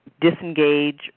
disengage